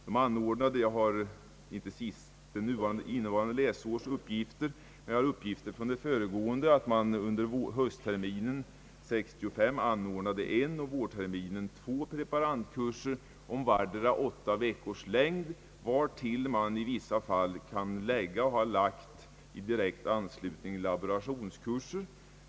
Jag har inte uppgifter för innevarande läsår utan för det föregående. Skolan anordnade under höstterminen 1965 en och vårterminen 1966 två preparandkurser om vardera åtta veckors längd, vartill man i vissa fall har lagt laborationskurser.